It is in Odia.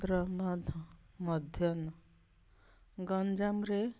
ମଧ୍ୟନ ଗଞ୍ଜାମରେ